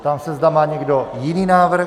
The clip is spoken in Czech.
Ptám se, zda má někdo jiný návrh.